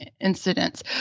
incidents